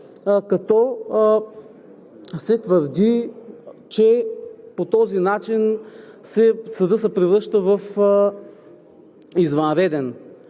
като се твърди, че по този начин Съдът се превръща в извънреден.